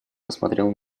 посмотрел